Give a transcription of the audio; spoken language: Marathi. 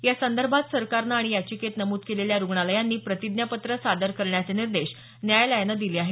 या संदर्भात सरकारनं आणि याचिकेत नमूद केलेल्या रुग्णालयांनी प्रतिज्ञापत्र सादर करण्याचे निर्देश न्यायालयानं दिले आहेत